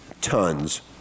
tons